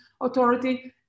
Authority